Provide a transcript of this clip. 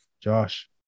Josh